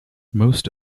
most